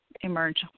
emerge